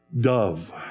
dove